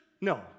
No